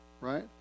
Right